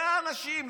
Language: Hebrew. זה האנשים.